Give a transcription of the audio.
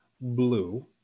blue